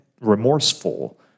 remorseful